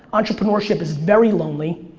entrepreneurship is very lonely.